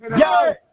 Yo